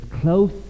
close